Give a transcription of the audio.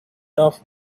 off